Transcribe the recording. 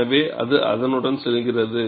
எனவே அது அதனுடன் செல்கிறது